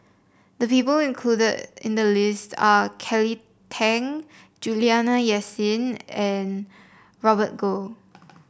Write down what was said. the people included in the list are Kelly Tang Juliana Yasin and Robert Goh